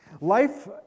life